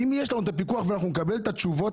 אם יש לנו את הפיקוח ונקבל את התשובות